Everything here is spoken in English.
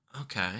Okay